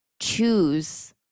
choose